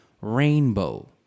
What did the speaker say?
rainbow